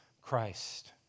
Christ